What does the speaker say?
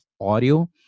audio